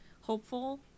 hopeful